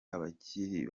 abakiri